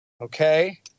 Okay